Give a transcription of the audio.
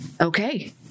okay